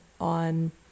on